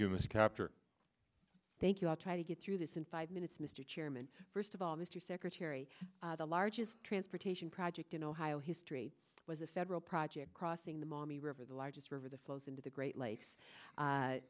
ms kaptur thank you i'll try to get through this in five minutes mr chairman first of all mr secretary the largest transportation project in ohio history was a federal project crossing the mami river the largest river that flows into the great lakes